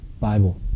Bible